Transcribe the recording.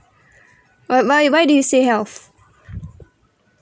but why why do you say health